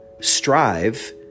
strive